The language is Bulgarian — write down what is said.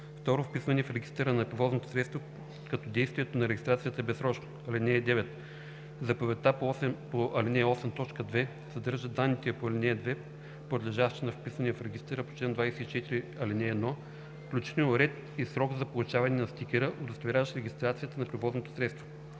2. вписване в регистъра на превозното средство, като действието на регистрацията е безсрочно. (9) Заповедта по ал. 8, т. 2 съдържа данните по ал. 2, подлежащи на вписване в регистъра по чл. 24, ал. 1, включително ред и срок за получаване на стикера, удостоверяващ регистрацията на превозното средство.